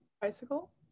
bicycle